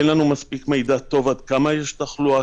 אין לנו מספיק מידע טוב עד כמה יש תחלואה,